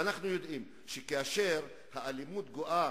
ואנחנו יודעים שכאשר האלימות גואה